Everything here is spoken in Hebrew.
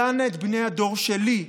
דנה את בני הדור שלי,